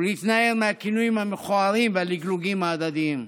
ולהתנער מהכינויים המכוערים ומהלגלוגים ההדדיים.